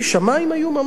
והמים היו ממש קרובים.